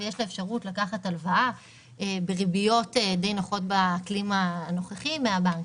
ויש לה אפשרות לקחת הלוואה בריביות די נוחות בכלים הנוכחיים מהבנקים,